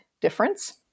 difference